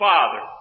Father